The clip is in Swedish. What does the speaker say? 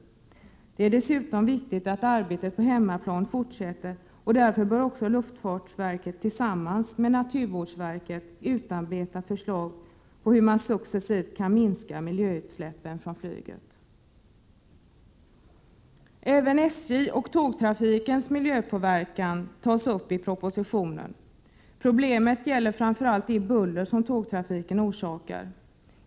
1987/88:126 viktigt att arbetet på hemmaplan fortsätter. Därför bör luftfartsverket 25 maj 1988 tillsammans med naturvårdsverket utarbeta förslag på hur man successivt kan minska miljöutsläppen från flyget. Även SJ och tågtrafikens miljöpåverkan behandlas i propositionen. Problemet gäller framför allt det buller som tågtrafiken orsakar.